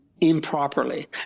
improperly